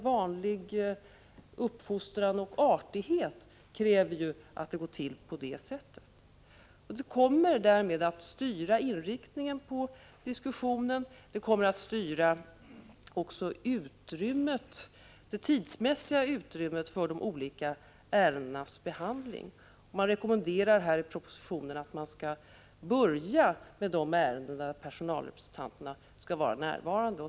Vanlig uppfostran och artighet kräver ju detta. Närvaron av personalföreträdare kommer därmed att styra inriktningen av diskussionerna och kommer också att styra det tidsmässiga utrymmet för de olika ärendenas behandling. I propositionen rekommenderas att man skall börja med de ärenden där personalrepresentanterna skall vara närvarande.